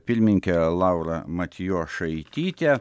pirmininkė laura matijošaitytė